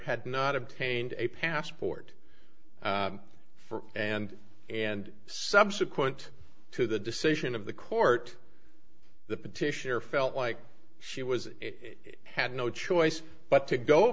had not obtained a passport for and and subsequent to the decision of the court the petitioner felt like she was had no choice but to go